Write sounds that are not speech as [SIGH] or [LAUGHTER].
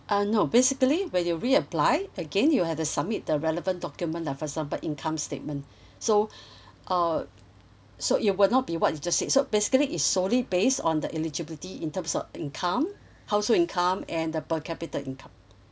uh no basically when you reapply again you'll have to submit the relevant document nah for example income statement so [BREATH] uh so it will not be what you just said so basically is solely based on the eligibility in terms of income household income and the per capita income